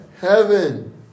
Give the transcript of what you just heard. heaven